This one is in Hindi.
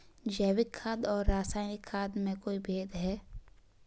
जैविक खाद और रासायनिक खाद में कोई भेद है?